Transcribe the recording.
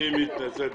מתנצלת.